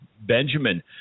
Benjamin